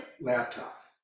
Laptop